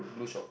blue short